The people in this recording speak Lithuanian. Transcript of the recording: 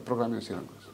programinės įrangos